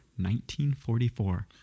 1944